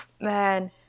man